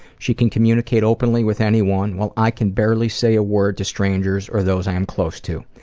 she can communicate openly with anyone, while i can barely say a word to strangers or those i am close to.